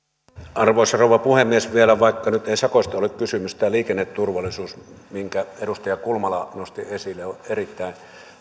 arvoisa rouva puhemies vaikka nyt ei sakoista ole kysymys niin liikenneturvallisuus minkä edustaja kulmala nosti esille on erittäin